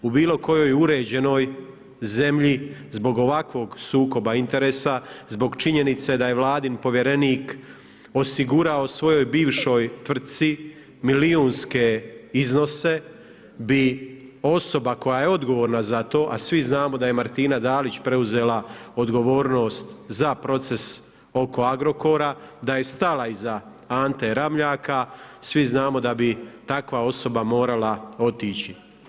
U bilo kojoj uređenoj zemlji zbog ovakvog sukoba interesa, zbog činjenice da je vladin povjerenik osigurao svojoj bivšoj tvrtci milijunske iznose bi osoba koja je odgovorna za to, a svi znamo da je Martina Dalić preuzela odgovornost za proces oko Agrokora, da je stala iza Ante Ramljaka, svi znamo da bi takva osoba morala otići.